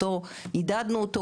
עודדנו אותו,